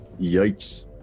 Yikes